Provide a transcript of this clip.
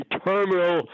terminal